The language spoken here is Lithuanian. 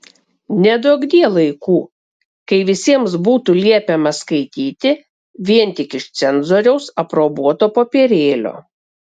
neduokdie laikų kai visiems būtų liepiama skaityti vien tik iš cenzoriaus aprobuoto popierėlio